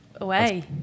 away